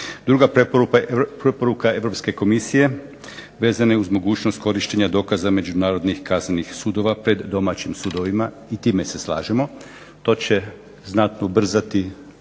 Druga preporuka Europske komisije vezane uz mogućnost korištenja dokaza međunarodnih kaznenih sudova pred domaćim sudovima. I time se slažemo. To će znatno ubrzati